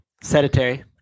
Sedentary